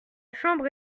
chambre